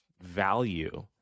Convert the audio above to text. value